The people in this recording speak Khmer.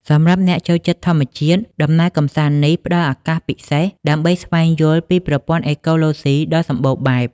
សម្រាប់អ្នកចូលចិត្តធម្មជាតិ ដំណើរកម្សាន្តនេះផ្តល់ឱកាសពិសេសដើម្បីស្វែងយល់ពីប្រព័ន្ធអេកូឡូស៊ីដ៏សម្បូរបែប។